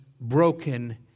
broken